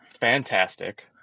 fantastic